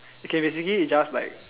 okay is basically just like